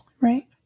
Right